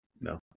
No